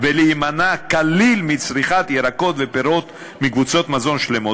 ולהימנע כליל מצריכת ירקות ופירות מקבוצות מזון שלמות,